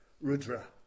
Rudra